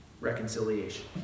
reconciliation